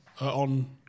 on